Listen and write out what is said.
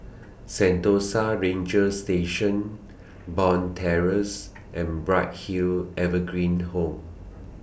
Sentosa Ranger Station Bond Terrace and Bright Hill Evergreen Home